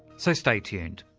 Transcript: so stay tuned.